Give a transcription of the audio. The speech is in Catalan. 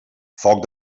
foc